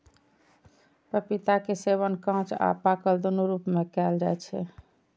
पपीता के सेवन कांच आ पाकल, दुनू रूप मे कैल जाइ छै